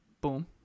Boom